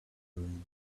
groom